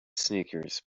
sneakers